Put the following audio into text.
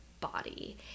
body